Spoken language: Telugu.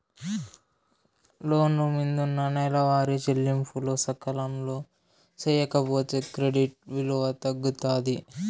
లోను మిందున్న నెలవారీ చెల్లింపులు సకాలంలో సేయకపోతే క్రెడిట్ విలువ తగ్గుతాది